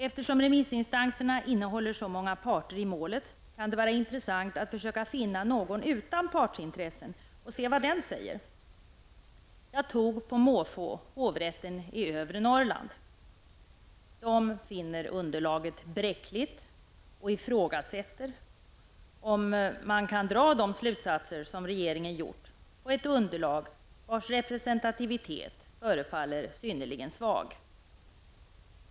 Eftersom remissinstanserna innehåller så många parter i målet, kan det vara intressant att försöka finna någon utan partsintressen och se vad den säger. Jag tog på måfå hovrätten i Övre Norrland. De finner underlaget bräckligt och ifrågasätter om man kan dra de slutsatser som regeringen gjort på ett underlag vars representativitet förefaller synnerligen svag.